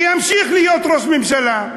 ואמשיך להיות ראש הממשלה,